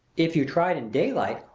if you tried in daylight,